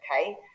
okay